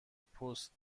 پست